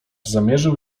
zamierzył